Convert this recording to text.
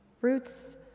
roots